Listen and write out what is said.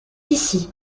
ici